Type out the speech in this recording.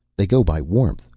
they go by warmth,